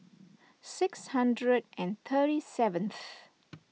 six hundred and thirty seventh